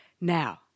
Now